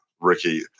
Ricky